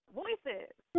voices